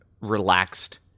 relaxed